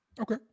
Okay